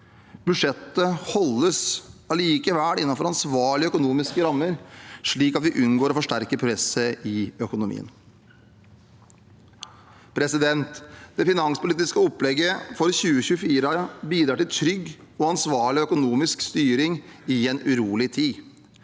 Budsjettet holdes allikevel innenfor ansvarlige økonomiske rammer, slik at vi unngår å forsterke presset i økonomien. Det finanspolitiske opplegget for 2024 bidrar til trygg og ansvarlig økonomisk styring i en urolig tid.